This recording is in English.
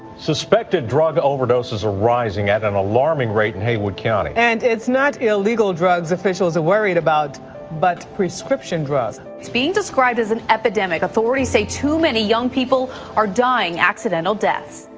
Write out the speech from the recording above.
suspected drug overdoses are rising at an alarming rate in haywood county. and it's not illegal drugs officials are worried about but prescription drugs. it's being described as an epidemic. authorities say too many young people are dying accidental deaths.